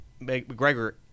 McGregor